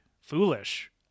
foolish